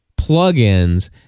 plugins